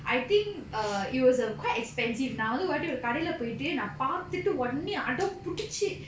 I think err it was a quite expensive நா வந்து ஒரு வாட்டி ஒரு கடைல போயிட்டு நா பாத்திட்டு ஒடனே அடம்புடிச்சு:naa vandhu oru vaatti oru kadaila poittu naa paathittu odane adampudichu